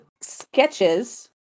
sketches